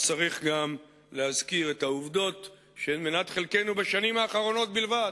צריך גם להזכיר את העובדות שהן מנת חלקנו בשנים האחרונות בלבד.